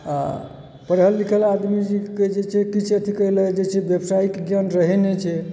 आ पढ़ल लिखल आदमी जे कहय छै से किछु अथी केलक व्यवसायिक ज्ञान रहए नहि छै